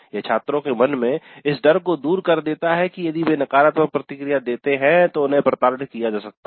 यह छात्रों के मन में से इस डर को दूर कर देता है कि यदि वे नकारात्मक प्रतिक्रिया देते हैं तो उन्हें प्रताड़ित जा सकता है